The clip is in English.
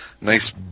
nice